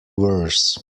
worse